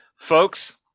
folks